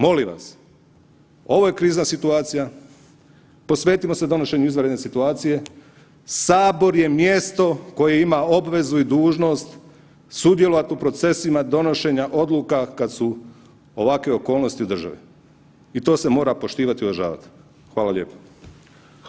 Molim vas, ovo je krizna situacija posvetimo se donošenju izvanredne situacije, Sabor je mjesto koje ima obvezu i dužnost sudjelovati u procesima donošenja odluka kada su ovakve okolnosti u državi i to se mora poštivati i održavati.